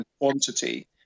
quantity